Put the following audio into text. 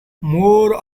more